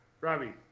Robbie